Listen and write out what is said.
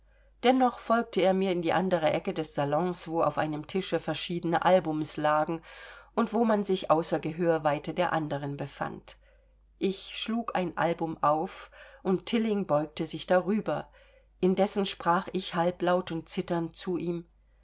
dennoch folgte er mir in die andere ecke des salons wo auf einem tische verschiedene albums lagen und wo man sich außer gehörweite der anderen befand ich schlug ein album auf und tilling beugte sich darüber indessen sprach ich halblaut und zitternd zu ihm